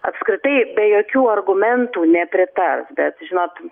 apskritai be jokių argumentų nepritars bet žinot